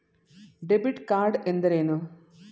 Debit card ಎಂದರೇನು?